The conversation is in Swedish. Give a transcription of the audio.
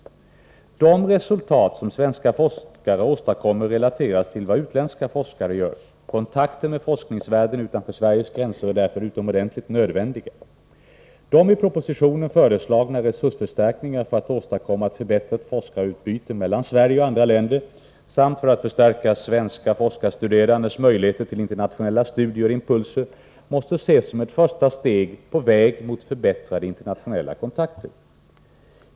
De resultat som svenska forskare åstadkommer relateras till vad utländska forskare gör. Kontakter med forskningsvärlden utanför Sveriges gränser är därför utomordentligt nödvändiga. De i propositionen föreslagna resursförstärkningarna för att åstadkomma ett förbättrat forskarutbyte mellan Sverige och andra länder samt för att förstärka svenska forskarstuderandes möjligheter till internationella studier och impulser måste ses som ett första steg på vägen mot förbättrade internationella kontakter.